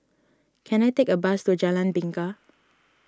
can I take a bus to Jalan Bingka